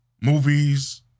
movies